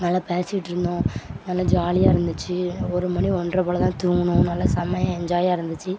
நல்லா பேசிகிட்ருந்தோம் நல்லா ஜாலியாக இருந்துச்சு ஒரு மணி ஒன்றரை போல் தான் தூங்கினோம் நல்ல செமையாக என்ஜாயாக இருந்துச்சு